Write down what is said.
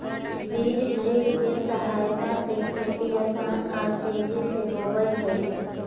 बीज ड्रिल के सहायता से खेती आसान आर तेजी से होबई हई